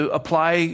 apply